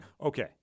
Okay